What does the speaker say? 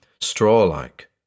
straw-like